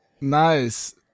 Nice